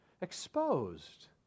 exposed